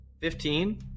Fifteen